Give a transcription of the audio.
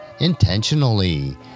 intentionally